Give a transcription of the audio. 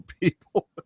people